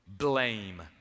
blame